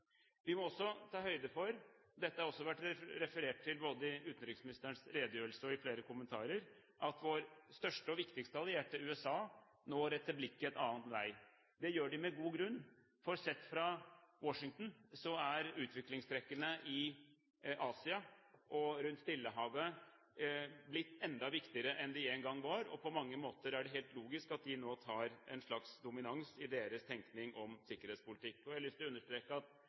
Vi må også ta høyde for – dette har det blitt referert til både i utenriksministerens redegjørelse og i flere kommentarer – at vår største og viktigste allierte, USA, nå retter blikket en annen vei. Det gjør de med god grunn, for sett fra Washington er utviklingstrekkene i Asia og rundt Stillehavet blitt enda viktigere enn de en gang var, og på mange måter er det helt logisk at de nå tar en slags dominans i tenkningen om sikkerhetspolitikk. Jeg har lyst til å understreke at